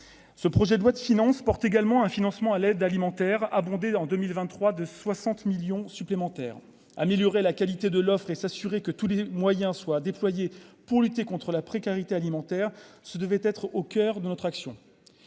ce projet de loi de finances porte également un financement à l'aide alimentaire abondé en 2023 de 60. Millions supplémentaires, améliorer la qualité de l'offre et s'assurer que tous les moyens soient déployés pour lutter contre la précarité alimentaire, ce devait être au coeur de notre action,